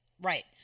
Right